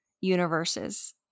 universes